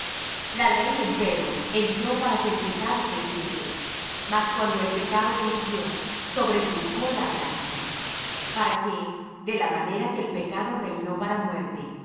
la ley empero entró para que el pecado creciese mas cuando el pecado creció sobrepujó la gracia para que de la manera que el pecado reinó para muerte